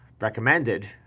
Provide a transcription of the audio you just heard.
recommended